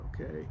Okay